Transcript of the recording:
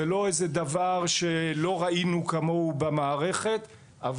זה לא איזה דבר שלא ראינו כמוהו במערכת אבל